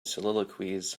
soliloquies